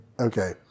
Okay